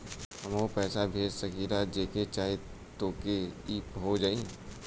हमहू पैसा भेज सकीला जेके चाही तोके ई हो जाई?